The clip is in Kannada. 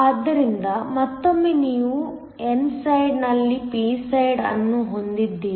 ಆದ್ದರಿಂದ ಮತ್ತೊಮ್ಮೆ ನೀವು n ಸೈಡ್ ನಲ್ಲಿ p ಸೈಡ್ ಅನ್ನು ಹೊಂದಿದ್ದೀರಿ